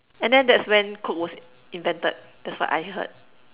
and then that's when coke was invented that's what I heard